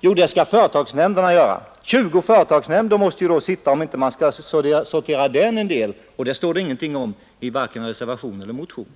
Jo, det skall företagsnämnderna göra. 20 företagsnämnder måste då sitta där, om man inte skall sortera bort somliga, och det står det ingenting om i vare sig motionen eller reservationen.